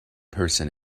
person